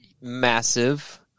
massive